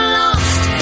lost